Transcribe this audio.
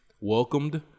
welcomed